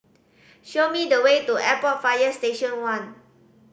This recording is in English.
show me the way to Airport Fire Station One